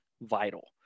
vital